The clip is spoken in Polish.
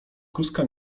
kózka